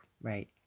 right